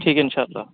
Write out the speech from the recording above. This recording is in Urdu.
ٹھیک ہے ان شاء اللہ